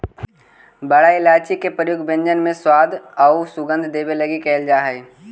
बड़ा इलायची के प्रयोग व्यंजन में स्वाद औउर सुगंध देवे लगी कैइल जा हई